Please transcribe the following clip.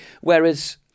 Whereas